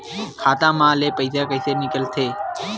खाता मा ले पईसा कइसे निकल थे?